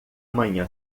manhã